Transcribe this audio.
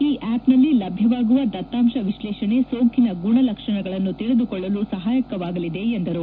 ಈ ಆ್ಯಪ್ನಲ್ಲಿ ಲಭ್ಯವಾಗುವ ದತ್ತಾಂಶ ವಿಶ್ಲೇಷಣೆ ಸೋಂಕಿನ ಗುಣಲಕ್ಷಣಗಳನ್ನು ತಿಳಿದುಕೊಳ್ಳಲು ಸಹಾಯಕವಾಗಲಿದೆ ಎಂದರು